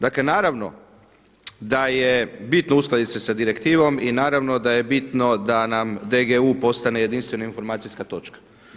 Dakle naravno da je bitno uskladiti se sa direktivom i naravno da je bitno da nam DGU postane jedinstvena informacijska točka.